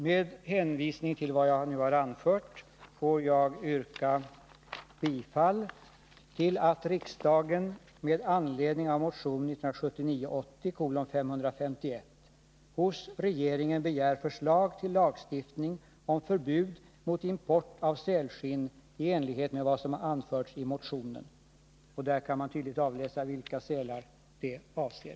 Med hänvisning till det anförda ber jag att få yrka bifall till att riksdagen med anledning av motion 1979/80:551 hos regeringen begär förslag till lagstiftning om förbud mot import av sälskinn i enlighet med vad som anförs i motionen. I den kan man tydligt avläsa vilka sälar som avses.